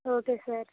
okay sir